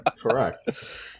Correct